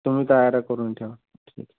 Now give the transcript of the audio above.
तुम्ही तयारी करून ठेवा